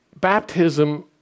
baptism